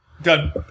Done